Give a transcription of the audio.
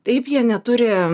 taip jie neturi